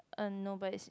uh no but it's